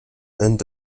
end